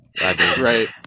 Right